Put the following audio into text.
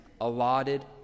allotted